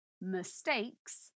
mistakes